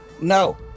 no